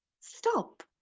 Stop